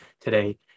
today